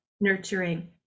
nurturing